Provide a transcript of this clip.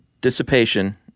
dissipation